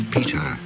Peter